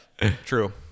True